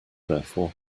therefore